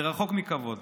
זה רחוק מכבוד,